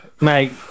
Mate